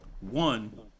one